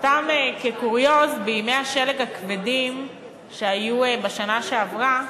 סתם כקוריוז: בימי השלג הכבדים שהיו בשנה שעברה